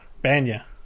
Banya